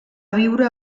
viure